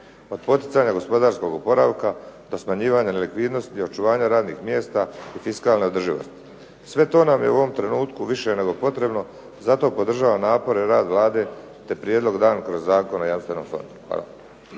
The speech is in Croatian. od poticanja gospodarskog oporavka do smanjivanja nelikvidnosti, očuvanja radnih mjesta, i fiskalne održivosti. Sve to nam je u ovom trenutku više nego potrebno, zato podržavam napore i rad Vlade te prijedlog dan kroz Zakon o jamstvenom Fondu. Hvala.